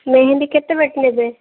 ମେହେନ୍ଦୀ କେତେ ପେଟୀ ନେବେ